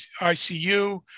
ICU